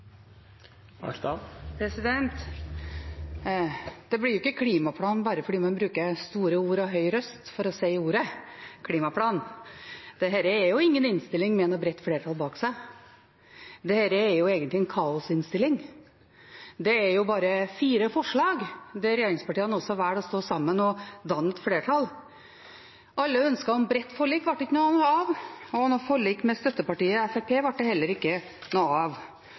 Det blir ikke klimaplan bare fordi man bruker store ord og høy røst for å si ordet «klimaplan». Dette er ikke en innstilling med et bredt flertall bak seg. Dette er egentlig en kaosinnstilling. Dette er jo bare fire forslag, som regjeringspartiene velger å stå sammen om å danne et flertall for. Alle ønsker om et bredt forlik ble ikke noe av, og et forlik med støttepartiet Fremskrittspartiet ble det heller ikke noe av.